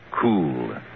cool